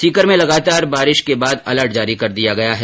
सीकर में लगातार बारिश के बाद अलर्ट जारी कर दिया है